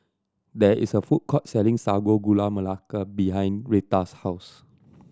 there is a food court selling Sago Gula Melaka behind Rheta's house